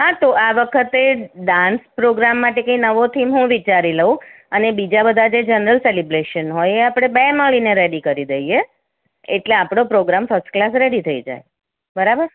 હા તો આ વખતે ડાન્સ પ્રોગ્રામ માટે કંઈ નવો થીમ હું વિચારી લઉં અને બીજા બધા જે જનરલ સેલિબ્રેશન હોય એ આપણે બે મળીને રેડી કરી દઈએ એટલે આપણો પ્રોગ્રામ ફસ્ટ ક્લાસ રેડી થઈ જાય બરાબર